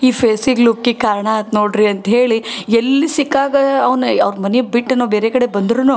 ಈ ಫೇಸಿಗೆ ಲುಕ್ಕಿಗೆ ಕಾರಣ ಆಯ್ತು ನೋಡಿರಿ ಅಂಥೇಳಿ ಎಲ್ಲಿ ಸಿಕ್ಕಾಗ ಅವನ ಅವ್ರ ಮನೆ ಬಿಟ್ಟು ನಾವು ಬೇರೆ ಕಡೆ ಬಂದ್ರೂ